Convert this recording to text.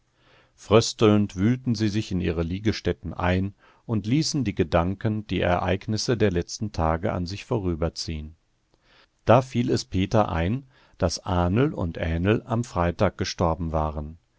fröstelnd wühlten sie sich in ihre liegestätten ein und ließen in gedanken die ereignisse der letzten tage an sich vorüberziehen da fiel es peter ein daß ahnl und ähnl am freitag gestorben waren